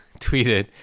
tweeted